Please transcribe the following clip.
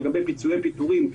לגבי פיצויי פיטורים,